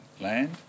land